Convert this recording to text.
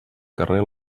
carrer